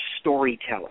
storyteller